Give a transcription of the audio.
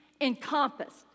encompassed